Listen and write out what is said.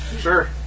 Sure